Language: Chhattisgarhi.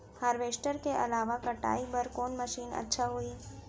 हारवेस्टर के अलावा कटाई बर कोन मशीन अच्छा होही?